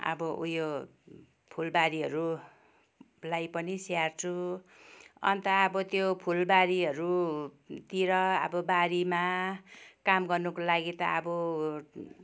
अब उयो फुलबारीहरूलाई पनि स्याहार्छु अन्त अब त्यो फुलबारीहरूतिर अब बारीमा काम गर्नुको लागि ता अब